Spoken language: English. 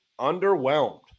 Underwhelmed